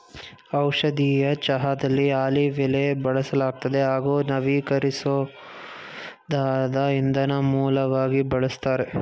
ಔಷಧೀಯ ಚಹಾದಲ್ಲಿ ಆಲಿವ್ ಎಲೆ ಬಳಸಲಾಗ್ತದೆ ಹಾಗೂ ನವೀಕರಿಸ್ಬೋದಾದ ಇಂಧನ ಮೂಲವಾಗಿ ಬಳಸ್ತಾರೆ